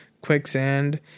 quicksand